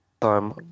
time